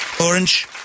Orange